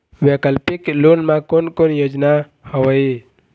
वैकल्पिक लोन मा कोन कोन योजना हवए?